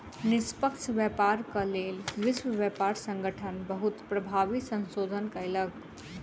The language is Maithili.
निष्पक्ष व्यापारक लेल विश्व व्यापार संगठन बहुत प्रभावी संशोधन कयलक